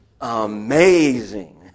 amazing